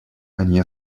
они